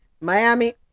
Miami